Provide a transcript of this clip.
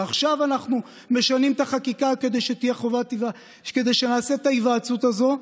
ועכשיו אנחנו משנים את החקיקה כדי שנעשה את ההיוועצות הזאת,